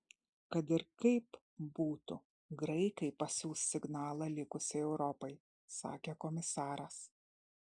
kad ir kaip būtų graikai pasiųs signalą likusiai europai sakė komisaras